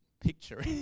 picture